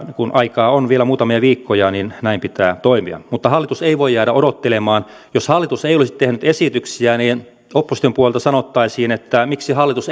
kun aikaa on vielä muutamia viikkoja niin näin pitää toimia hallitus ei voi jäädä odottelemaan jos hallitus ei olisi tehnyt esityksiä niin opposition puolelta sanottaisiin että miksi hallitus